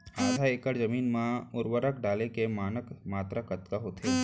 आधा एकड़ जमीन मा उर्वरक डाले के मानक मात्रा कतका होथे?